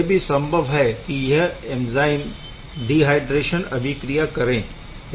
यह भी संभव है कि यह ऐंज़ाइम डीहाइड्रेशन अभिक्रिया करें